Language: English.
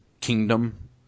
kingdom